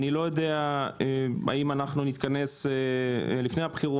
איני יודע אם נתכנס לפני הבחירות,